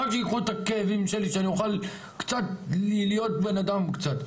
רק שייקחו את הכאבים שלי שאני אוכל קצת להיות בן אדם קצת.